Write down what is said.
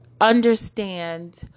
understand